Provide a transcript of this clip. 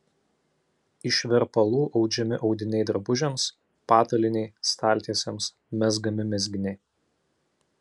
iš verpalų audžiami audiniai drabužiams patalynei staltiesėms mezgami mezginiai